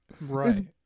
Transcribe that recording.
Right